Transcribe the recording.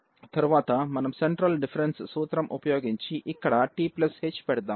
తరువాత మనం central difference సూత్రం ఉపయోగించి ఇక్కడ th పెడదాం